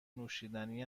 نوشیدنی